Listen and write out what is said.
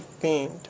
paint